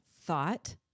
thought